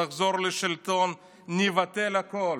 נחזור לשלטון ונבטל הכול,